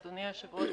אדוני היושב-ראש,